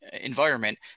environment